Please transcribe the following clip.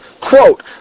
quote